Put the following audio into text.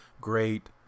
great